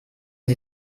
sie